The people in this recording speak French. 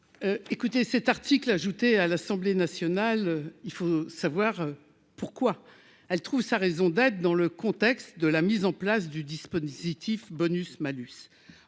écoutez cet article, ajouté à l'Assemblée nationale, il faut savoir pourquoi elle trouve sa raison d'être dans le contexte de la mise en place du dispositif bonus malus en